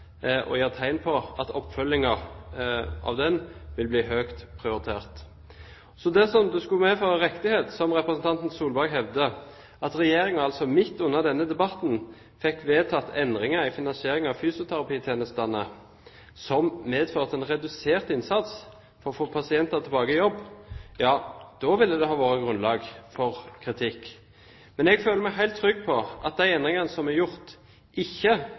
skulle medføre riktighet, som representanten Solberg hevder, at Regjeringen midt under denne debatten fikk vedtatt endringer i finansieringen av fysioterapitjenestene som medfører en redusert innsats for å få pasienter tilbake i jobb, ville det vært grunnlag for kritikk. Men jeg føler meg helt trygg på at de endringene som er gjort, ikke